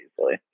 easily